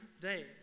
day